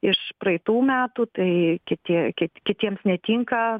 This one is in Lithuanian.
iš praeitų metų tai kiti ki kitiems netinka